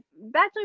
Bachelor